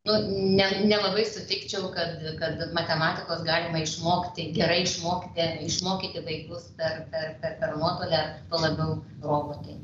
nu ne nelabai sutikčiau kad kad matematikos galima išmokti gerai išmokti išmokyti vaikus per per per nuotolį ar labiau robotai